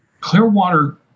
Clearwater